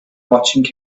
watching